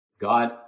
God